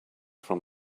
from